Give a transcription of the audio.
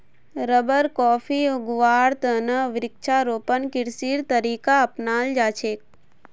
rubber, coffee उगव्वार त न वृक्षारोपण कृषिर तरीका अपनाल जा छेक